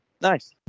nice